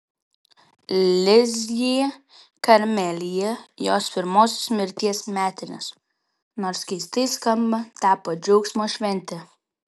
lizjė karmelyje jos pirmosios mirties metinės nors keistai skamba tapo džiaugsmo švente